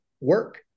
work